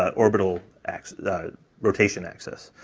ah orbital ax the rotation axis.